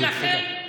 ולכן,